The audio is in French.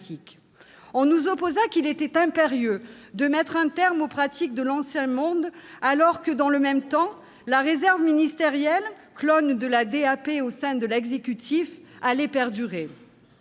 On nous opposa qu'il était d'une nécessité impérieuse de mettre un terme aux pratiques de l'ancien monde, alors que, dans le même temps, la réserve ministérielle, clone de la DAP à disposition de l'exécutif, allait perdurer.